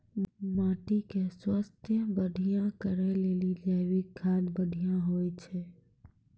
माटी के स्वास्थ्य बढ़िया करै ले जैविक खाद अच्छा होय छै?